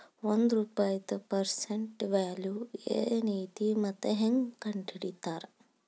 ಒಂದ ರೂಪಾಯಿದ್ present value ಏನೈತಿ ಮತ್ತ ಹೆಂಗ ಕಂಡಹಿಡಿತಾರಾ